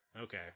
okay